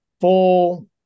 full